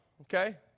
okay